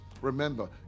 remember